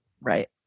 Right